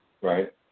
Right